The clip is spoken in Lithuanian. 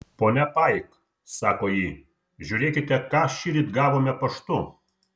ponia paik sako ji žiūrėkite ką šįryt gavome paštu